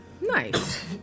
Nice